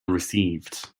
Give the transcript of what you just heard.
received